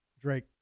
Drake